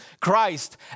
Christ